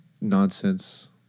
nonsense